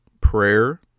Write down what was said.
prayer